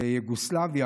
יוגוסלביה,